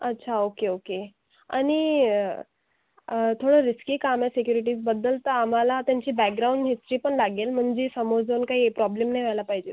अच्छा okay okay आणि थोडं रिस्की काम आहे सेक्युरिटीजबद्दल तर आम्हाला त्यांची बॅग्राउंड हिस्ट्री पण लागेल म्हणजे समोर जाऊन काही प्रॉब्लेम नाही व्हायला पाहिजे